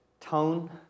tone